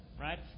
Right